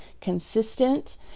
consistent